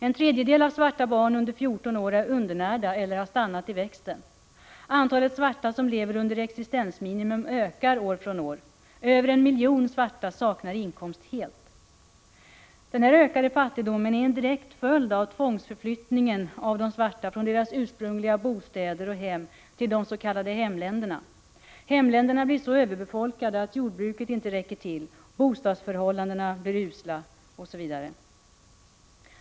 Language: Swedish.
En tredjedel av svarta barn under 14 år är undernärda eller har stannat i växten. Antalet svarta som lever under existensminimum ökar år från år. Över en miljon svarta saknar inkomst helt. Den ökade fattigdomen är en direkt följd av tvångsförflyttningen av de svarta från deras ursprungliga bostäder till de s.k. hemländerna. Hemländerna blir så överbefolkade att jordbruket inte räcker till, bostadsförhållandena blir usla osv.